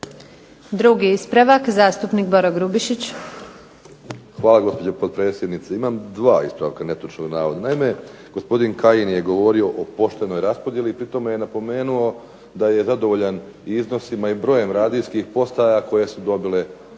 Drugi ispravak, zastupnik Boro Grubišić. **Grubišić, Boro (HDSSB)** Hvala gospođo potpredsjednice. Imam 2 ispravka netočnog navoda. Naime, gospodin Kajin je govorio o poštenoj raspodjeli i pritom je napomenuo da je zadovoljan iznosima i brojem radijskih postaja koje su dobile iz